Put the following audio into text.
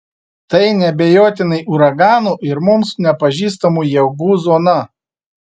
tai neabejotinai uraganų ir mums nepažįstamų jėgų zona